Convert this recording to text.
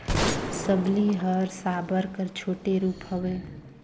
सबली हर साबर कर छोटे रूप हवे